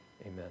Amen